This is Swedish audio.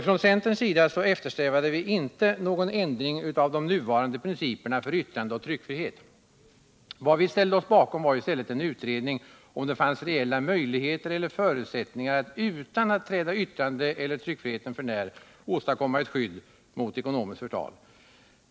Från centerns sida eftersträvade vi inte någon ändring av de nuvarande principerna för yttrandeoch tryckfrihet. Det vi ställde oss bakom var i stället kravet på en utredning av frågan huruvida det fanns reella förutsättningar att, utan att träda yttrandeeller tryckfriheten för när, åstadkomma ett skydd mot ekonomiskt förtal.